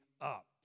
up